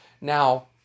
Now